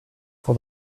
for